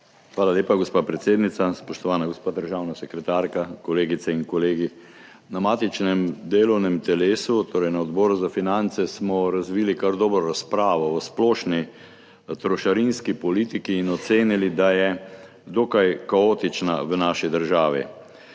Hvala lepa, gospa predsednica. Spoštovana gospa državna sekretarka, kolegice in kolegi! Na matičnem delovnem telesu, torej na Odboru za finance smo razvili kar dobro razpravo o splošni trošarinski politiki in ocenili, da je dokaj kaotična v naši državi.